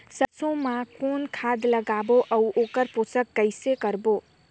सरसो मा कौन खाद लगाबो अउ ओकर पोषण कइसे करबो?